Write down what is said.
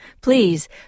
please